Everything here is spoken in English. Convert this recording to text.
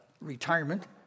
retirement